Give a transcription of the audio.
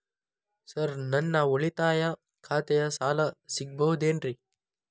Sir ನನ್ನ ಉಳಿತಾಯ ಖಾತೆಯ ಸಾಲ ಸಿಗಬಹುದೇನ್ರಿ?